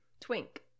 twink